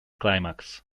climax